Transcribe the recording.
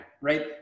right